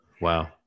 Wow